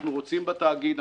אנחנו רוצים בתאגיד,